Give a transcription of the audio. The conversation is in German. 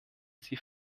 sie